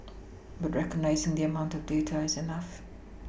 but recognising the amount of data is enough